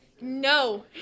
No